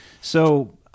So-